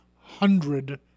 hundred